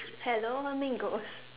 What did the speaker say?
hello my mean girls